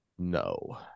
No